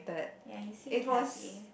ya you seemed happy